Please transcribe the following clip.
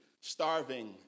starving